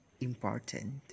important